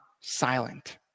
silent